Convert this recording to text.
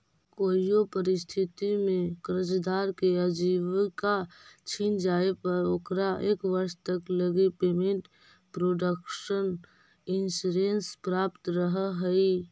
कोइयो परिस्थिति में कर्जदार के आजीविका छिन जाए पर ओकरा एक वर्ष तक लगी पेमेंट प्रोटक्शन इंश्योरेंस प्राप्त रहऽ हइ